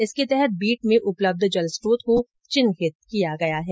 इसके तहत बीट में उपलब्ध जलस्त्रोत को चिन्हित किया गया है